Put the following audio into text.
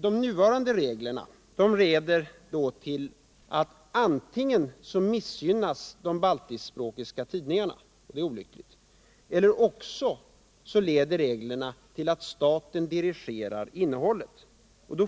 De nuvarande reglerna leder till att antingen missgynnas de baltiskspråkiga tidningarna, och det är olyckligt, eller också dirigerar staten innehållet.